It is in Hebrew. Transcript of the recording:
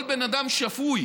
כל בן אדם שפוי,